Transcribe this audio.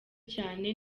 cyane